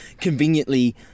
conveniently